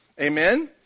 Amen